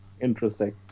Interesting